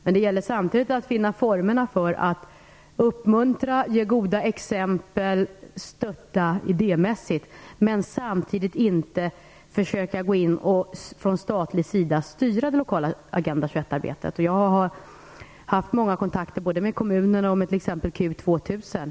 Men det gäller samtidigt att finna formerna för att uppmuntra, ge goda exempel, stötta idémässigt, men samtidigt inte försöka gå in från statlig sida och styra det lokala Agenda 21 Jag har haft många kontakter med kommuner och t.ex. Q 2000.